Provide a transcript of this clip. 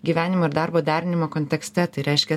gyvenimo ir darbo derinimo kontekste tai reiškia